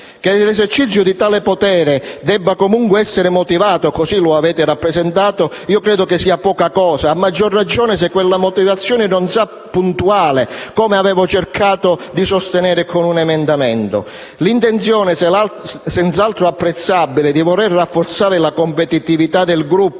Che l'esercizio di tale potere debba comunque essere motivato - così lo avete rappresentato - io credo che sia poca cosa, e a maggior ragione se quella motivazione non sarà puntuale, come avevo cercato di sostenere con un emendamento. L'intenzione, senz'altro apprezzabile, di voler rafforzare la competitività del gruppo